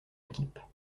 équipes